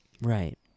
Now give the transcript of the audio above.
right